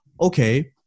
okay